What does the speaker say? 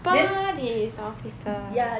but he is officer